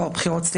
זה